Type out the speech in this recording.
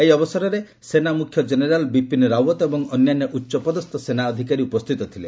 ଏହି ଉତ୍ସବରେ ସେନା ମୁଖ୍ୟ କେନେରାଲ୍ ବିପିନ୍ ରାଓ୍ୱତ୍ ଏବଂ ଅନ୍ୟାନ୍ୟ ଉଚ୍ଚପଦସ୍ଥ ସେନା ଅଧିକାରୀ ଉପସ୍ଥିତ ଥିଲେ